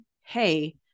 Hey